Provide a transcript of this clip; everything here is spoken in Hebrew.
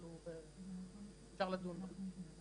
אבל אפשר לדון בזה.